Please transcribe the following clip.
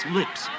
lips